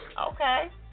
Okay